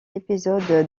épisode